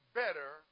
better